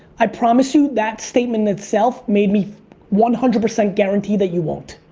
i promise you that statement itself made me one hundred percent guarantee that you won't.